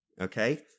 Okay